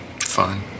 Fine